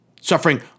suffering